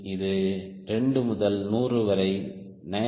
இது 2 முதல் நூறு வரை 9